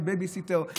ובייביסיטר,